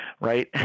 right